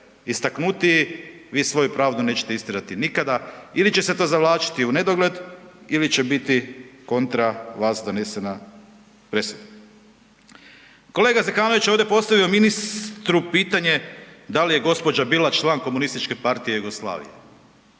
istaknutiji, vi svoju pravdu nećete istjerati nikada ili će se to zavlačiti unedogled ili će biti kontra vas donesena presuda. Kolega Zekanović je ovdje postavio ministru pitanje da li je gospođa bila član KP Jugoslavije?